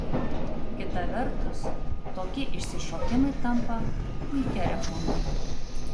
kita vertus tokie išsišokimai tampa puikia reklama